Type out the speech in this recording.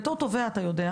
אבל בתור תובע אתה יודע,